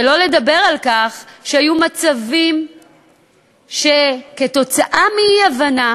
שלא לדבר על כך שהיו מצבים שכתוצאה מאי-הבנה